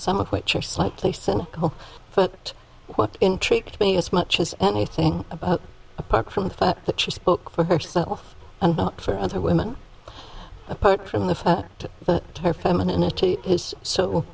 some of which are slightly cynical but what intrigued me as much as anything about apart from the slap that she spoke for herself and for other women apart from the fact that